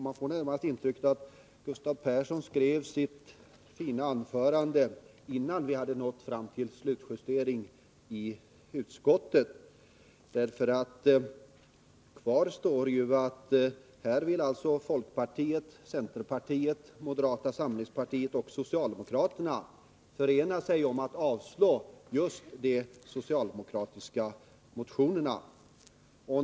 Man får nästan intrycket att Gustav Persson skrev sitt fina anförande, innan vi hade nått fram till slutjustering i utskottet. Här vill ju folkpartiet, centerpartiet, moderata samlingspartiet och socialdemokraterna ena sig om att avstyrka just de socialdemokratiska motionerna.